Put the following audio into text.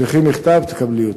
תשלחי מכתב, תקבלי אותה.